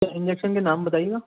سر injection کے نام بتائیےگا